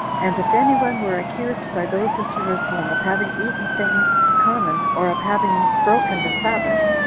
and if any one were accused by those of jerusalem of having eaten things common or of having broken the sabbath,